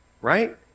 right